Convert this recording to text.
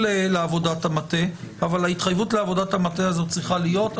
לעבודת המטה אבל ההתחייבות לעבודת המטה הזאת צריכה להיות.